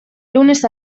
lunes